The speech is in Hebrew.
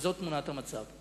שזאת תמונת המצב.